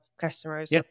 customers